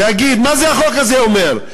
להגיד, מה החוק הזה אומר?